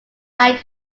like